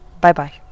Bye-bye